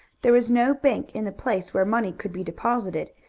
there was no bank in the place where money could be deposited,